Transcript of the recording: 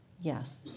yes